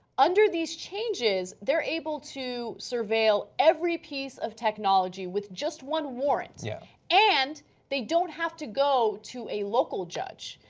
under these changes, they are able to surveilled every piece of technology with just one warrants yeah and they don't have to go to a local judge.